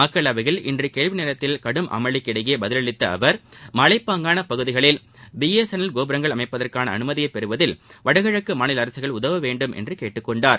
மக்களவையில் இன்று கேள்வி நேரத்தில் கடும் அமளிக்கிடையே பதிலளித்த அவா் மலைப்பாங்கானப் பகுதிகளில் பி எஸ் என் எல் கோபுரங்கள் அமைப்பதற்கான அனுமதியை பெறுவதில் வடகிழக்கு மாநில அரசுகள் உதவிட வேண்டமென்று கேட்டுக் கொண்டார்